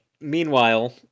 meanwhile